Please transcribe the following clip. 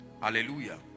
hallelujah